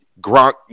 Gronk